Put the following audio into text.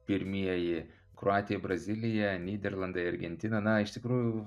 pirmieji kroatija brazilija nyderlandai argentina na iš tikrųjų